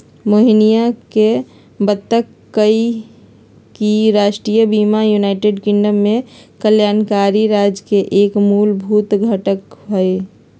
मोहिनीया ने बतल कई कि राष्ट्रीय बीमा यूनाइटेड किंगडम में कल्याणकारी राज्य के एक मूलभूत घटक हई